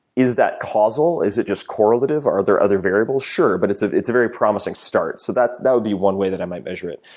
is that causal? is it just correlative? are there other variables? sure but it's ah it's a very promising start. so that that would be one way that i might measure it.